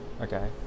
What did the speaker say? okay